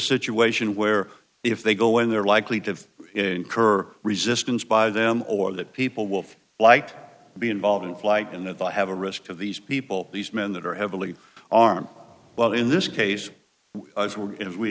situation where if they go in they're likely to incur resistance by them or that people will feel like be involved in flight and if i have a risk of these people these men that are heavily armed well in this case if we